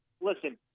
listen